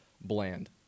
bland